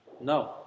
No